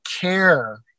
care